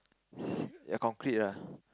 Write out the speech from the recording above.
your concrete ah